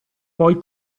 poi